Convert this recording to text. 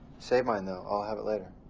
save mine, though. i'll have it later.